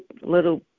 little